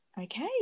okay